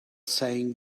saying